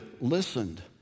listened